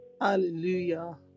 Hallelujah